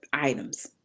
items